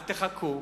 אל תחכו.